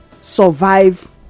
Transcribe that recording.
survive